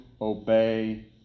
obey